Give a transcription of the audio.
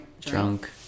drunk